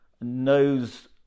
knows